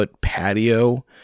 patio